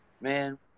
man